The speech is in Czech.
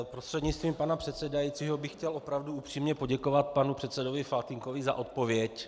Prostřednictvím pana předsedajícího bych chtěl opravdu upřímně poděkovat panu předsedovi Faltýnkovi za odpověď.